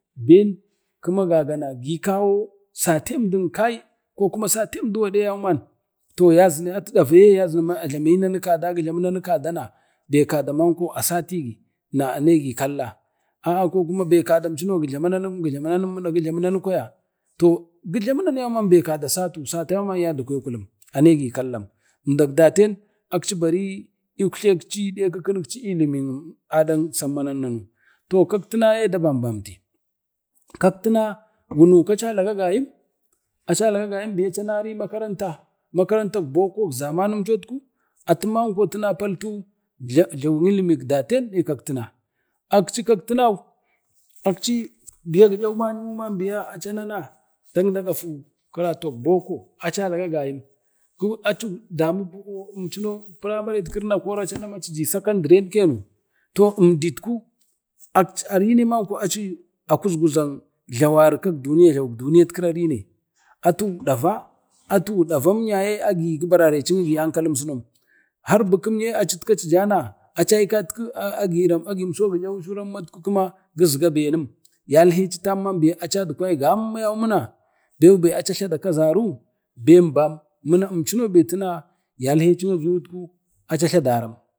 ben kima gagana gikawo satemdin kai kokuma satemdin ben gadi yauman toh yazinemdun ma a ajlami nanu kada ajlami nanu kada be kada yauman asategi na anegi kalla a'a ko kuma gijlamu nawun mena gijlamu nanu kwaya to kada a satusa yauman yadugwai kallam ana yi gi kallam umdak daten akci bari uktlekci deng kuka nenci ilinmi adan saman nanu, toh kaka tinayeda bambamti, kak tina wunu kaca laga gayim deye acanari makaranta, makarantak bokok zamanumcho atumanko paltu jluwuk ulimik daten dek kak tina, akci kak tinau akci biya guyawu'yimuman biya aci anana dan dagafi kirotok boko aca laga gayim, aci damu emcuno primaren gade name aci ji sakamdren keno toh emdit ku arine manko aci akuzguza jlawari kak jluwik duniya arine atu dava atu davam yaye agi gi barari nagi ankalim sumom, har bikem yee aciy kwai agin soramma kuma gizga benum, acai tammanici vadkwai gamma yau mina bew-be acu jladu a kazaru ben-bam muna chino be tana yalheci a kazari ben-bam emcuna yalcitku aci jla daram.